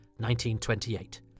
1928